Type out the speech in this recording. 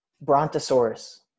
Brontosaurus